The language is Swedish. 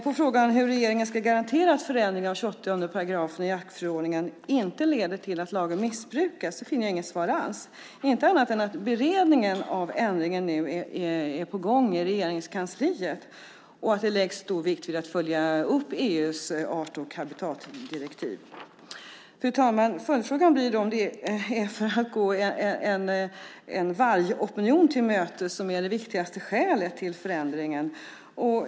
På frågan om hur regeringen ska garantera att förändringen av 28 § jaktförordningen inte leder till att lagen missbrukas finner jag inget svar alls, inte annat än att beredningen av ändringen nu är på gång i Regeringskansliet och att det läggs stor vikt vid att följa upp EU:s art och habitatdirektiv. Fru talman! Följdfrågan blir då om det är att gå en vargopinion till mötes som är det viktigaste skälet till förändringen.